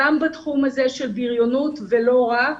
גם בתחום הזה של בריונות ולא רק.